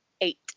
eight